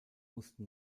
musste